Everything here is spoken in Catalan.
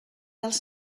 els